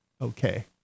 okay